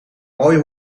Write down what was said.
mooie